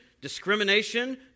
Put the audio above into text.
discrimination